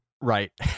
Right